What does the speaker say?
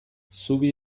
zubi